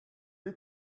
you